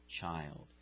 child